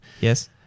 Yes